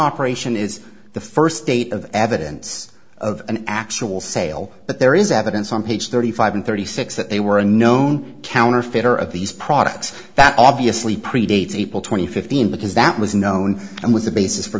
operation is the first state of evidence of an actual sale but there is evidence on page thirty five and thirty six that they were a known counterfeiter of these products that obviously predates people twenty fifteen because that was known and was the basis for